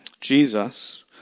Jesus